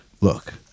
Look